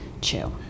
chew